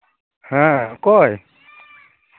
ᱦᱮᱸ ᱚᱠᱚᱭ